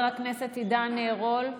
חבר הכנסת עידן רול,